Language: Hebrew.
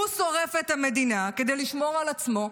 הוא שורף את המדינה כדי לשמור על עצמו,